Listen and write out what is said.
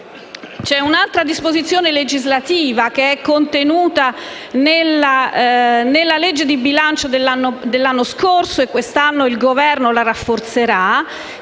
C’è un’altra disposizione legislativa che è contenuta nella legge di stabilità dell’anno scorso e che quest’anno il Governo rafforzerà: